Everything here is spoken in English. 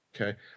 Okay